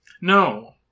No